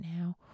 now